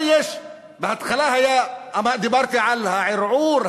בהתחלה דיברתי על הערעור,